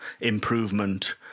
improvement